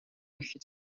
luchtje